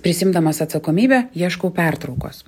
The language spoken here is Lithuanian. prisiimdamas atsakomybę ieškau pertraukos